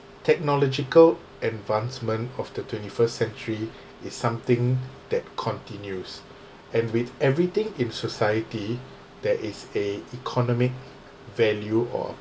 technological advancement of the twenty-first century is something that continues and with everything in society that is a economic value or